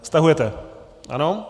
Stahujete, ano.